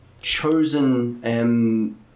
chosen